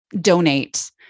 donate